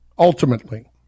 ultimately